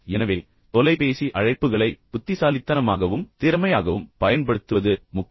எனவே தொலைபேசி அழைப்புகளை புத்திசாலித்தனமாகவும் திறமையாகவும் பயன்படுத்துவது முக்கியம்